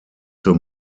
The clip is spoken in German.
zur